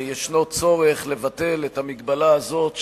יש צורך לבטל את ההגבלה הזאת,